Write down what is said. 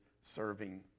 serving